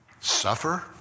suffer